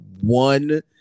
one